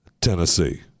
Tennessee